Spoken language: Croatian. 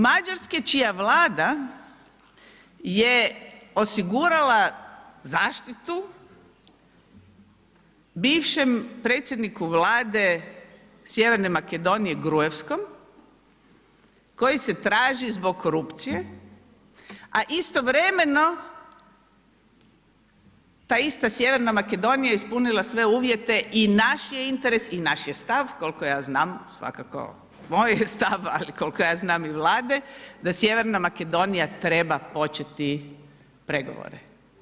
Mađarske, čija vlada je osigurala zaštitu bivšem predsjedniku vlade Sjeverne Makedonije Gruevskom koji se traži zbog korupcije, a istovremeno ta ista Sjeverna Makedonija je ispunila sve uvjete i naš je interes i naš je stav koliko ja znam, svakako moj je stav, ali koliko ja znam i Vlade, da Sjeverna Makedonija treba početi pregovore.